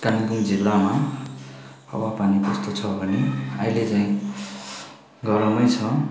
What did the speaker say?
कालिम्पोङ जिल्लामा हावा पानी कस्तो छ भने अहिले चाहिँ गरमै छ